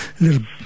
little